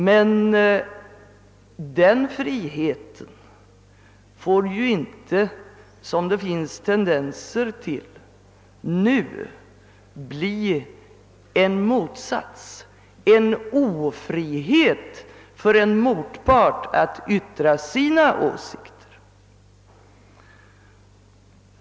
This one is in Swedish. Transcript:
Men den friheten får inte medföra — det finns tendenser i den riktningen — en ofrihet för en motpart att ge uttryck för sina åsikter.